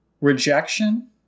rejection